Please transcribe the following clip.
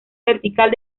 vertical